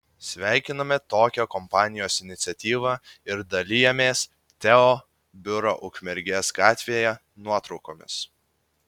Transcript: sveikiname tokią kompanijos iniciatyvą ir dalijamės teo biuro ukmergės gatvėje nuotraukomis